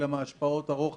אלא מהשפעות הרוחב.